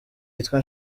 yitwa